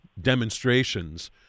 demonstrations